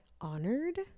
honored